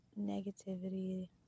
negativity